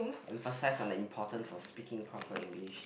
emphasise on the importance of speaking proper English